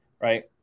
Right